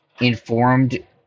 informed